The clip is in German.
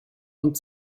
und